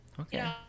Okay